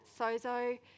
Sozo